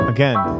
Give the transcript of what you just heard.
Again